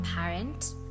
parent